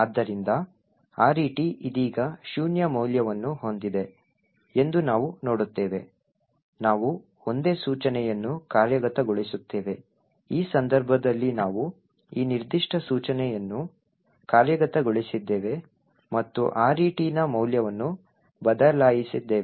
ಆದ್ದರಿಂದ RET ಇದೀಗ ಶೂನ್ಯ ಮೌಲ್ಯವನ್ನು ಹೊಂದಿದೆ ಎಂದು ನಾವು ನೋಡುತ್ತೇವೆ ನಾವು ಒಂದೇ ಸೂಚನೆಯನ್ನು ಕಾರ್ಯಗತಗೊಳಿಸುತ್ತೇವೆ ಈ ಸಂದರ್ಭದಲ್ಲಿ ನಾವು ಈ ನಿರ್ದಿಷ್ಟ ಸೂಚನೆಯನ್ನು ಕಾರ್ಯಗತಗೊಳಿಸಿದ್ದೇವೆ ಮತ್ತು RET ನ ಮೌಲ್ಯವನ್ನು ಬದಲಾಯಿಸಿದ್ದೇವೆ